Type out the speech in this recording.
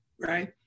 right